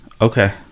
okay